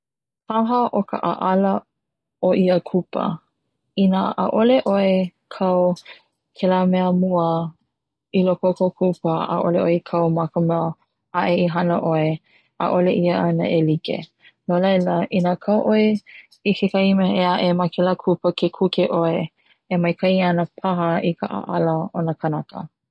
Paha o ka 'a'ala o ia kupa, ina 'a'ole 'oe kau kela mea mua i loko o kou kupa 'a'ole 'oe i kau ma ka mea a'e i hana 'oe 'a'ole ia ana e like no laila i na kau 'oe i kekahi mea 'e a 'e ma kela kupa ke kuke 'oe e maika'i ana paha i ka 'a'ala o na kanaka.